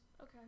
Okay